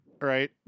Right